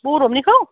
बरफनिखौ